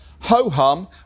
ho-hum